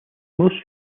most